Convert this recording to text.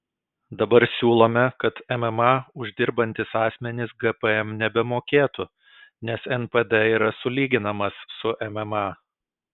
dabar siūlome kad mma uždirbantys asmenys gpm nebemokėtų nes npd yra sulyginamas su mma